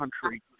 country